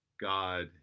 God